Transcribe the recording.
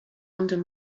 under